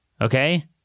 okay